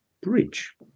bridge